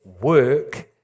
work